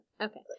Okay